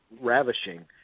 ravishing